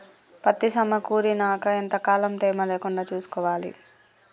పత్తి సమకూరినాక ఎంత కాలం తేమ లేకుండా చూసుకోవాలి?